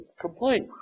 complete